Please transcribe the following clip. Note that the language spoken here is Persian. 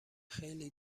خیلی